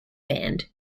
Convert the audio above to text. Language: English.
band